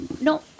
No